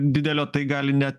didelio tai gali ne